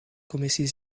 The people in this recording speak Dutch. commissie